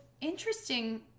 interesting